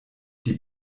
die